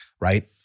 right